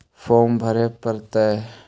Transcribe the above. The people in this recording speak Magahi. फार्म भरे परतय?